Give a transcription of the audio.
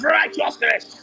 righteousness